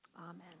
Amen